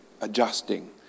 adjusting